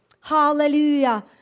Hallelujah